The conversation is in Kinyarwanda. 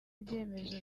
ibyemezo